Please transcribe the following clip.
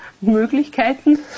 Möglichkeiten